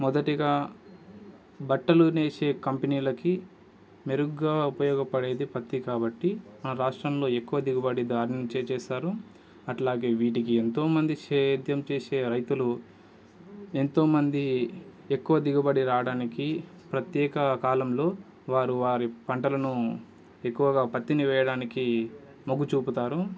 మొదటిగా బట్టలు నేసే కంపెనీలకి మెరుగ్గా ఉపయోగపడేది పత్తి కాబట్టి మన రాష్ట్రంలో ఎక్కువ దిగుబడి దాని నుంచే చేస్తారు అట్లాగే వీటికి ఎంతో మంది సేద్యం చేసే రైతులు ఎంతోమంది ఎక్కువ దిగుబడి రావడానికి ప్రత్యేక కాలంలో వారు వారి పంటలను ఎక్కువగా పత్తిని వేయడానికి మొగ్గు చూపుతారు